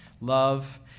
love